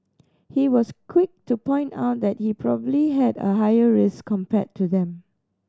he was quick to point out that he probably had a higher risk compared to them